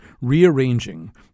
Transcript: rearranging